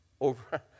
over